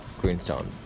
Greenstone